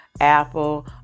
Apple